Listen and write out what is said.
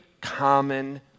common